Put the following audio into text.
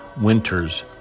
winters